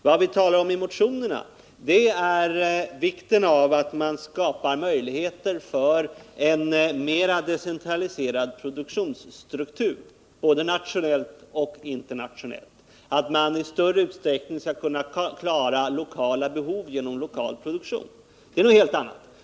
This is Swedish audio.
Vad vi talar om i motionerna är vikten av att skapa möjligheter för en mer decentraliserad produktionsstruktur både nationellt och internationellt, för att i större utsträckning kunna klara lokala behov genom lokal produktion. Det är något helt annat.